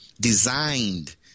designed